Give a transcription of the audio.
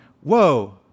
Whoa